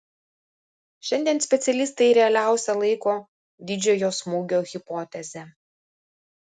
šiandien specialistai realiausia laiko didžiojo smūgio hipotezę